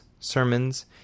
sermons